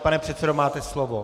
Pane předsedo, máte slovo.